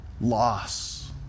loss